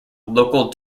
local